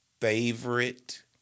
favorite